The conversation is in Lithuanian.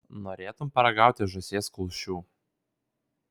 norėtum paragauti žąsies kulšių